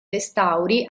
restauri